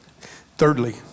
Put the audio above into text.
Thirdly